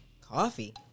Coffee